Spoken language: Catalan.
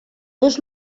dos